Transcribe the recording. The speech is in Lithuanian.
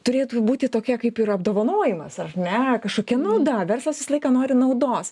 turėtų būti tokia kaip ir apdovanojimas ar ne kažkokia nauda verslas visą laiką nori naudos